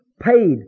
paid